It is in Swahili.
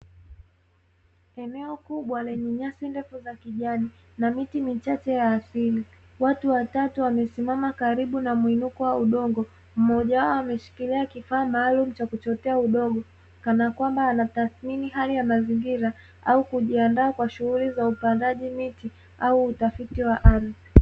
Eneo kubwa lenye nyasi ndefu za kijani na miti michache ya asili, watu watatu wamesimama karibu na muinuko wa udongo. Mmoja wao ameshikilia kifaa maalumu cha kuchotea udongo, kana kwamba ana tathmini hali ya mazingira au kujianda kwa shughuli za upandaji miti au utafiti wa ardhi.